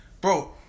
bro